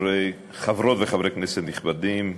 חברות וחברי כנסת נכבדים,